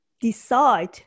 decide